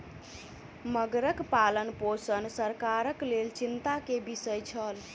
मगरक पालनपोषण सरकारक लेल चिंता के विषय छल